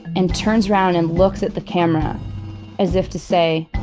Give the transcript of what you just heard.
and turns around and looks at the camera as if to say,